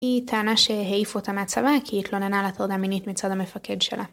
היא טענה שהעיף אותה מהצבא כי היא התלוננה על הטרדה מינית מצד המפקד שלה.